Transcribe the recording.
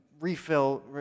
refill